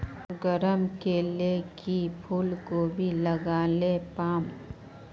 गरम कले की फूलकोबी लगाले पाम?